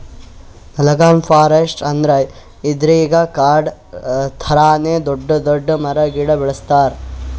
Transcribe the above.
analogue forestry ಅಂದ್ರ ಇದ್ರಾಗ್ ಕಾಡ್ ಥರಾನೇ ದೊಡ್ಡ್ ದೊಡ್ಡ್ ಮರ ಗಿಡ ಬೆಳಸ್ತಾರ್